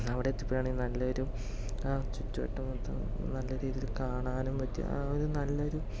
അവിടെച്ചപ്പോഴാണ് നല്ല ഒരു ആ ചുറ്റുവട്ടം മൊത്തം നല്ലരീതിയിൽ കാണാനും പറ്റി ആ ഒരു നല്ലൊരു